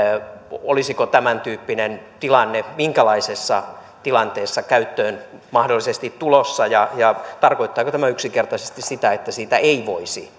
olisiko tämäntyyppinen tuki minkälaisessa tilanteessa mahdollisesti tulossa käyttöön ja tarkoittaako tämä yksinkertaisesti sitä että siitä ei voisi